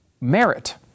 merit